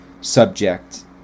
subject